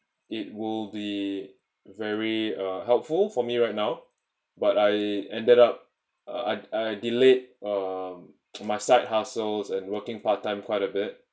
it will be very uh helpful for me right now but I ended up uh I'd I delayed um my side hustles and working part time quite a bit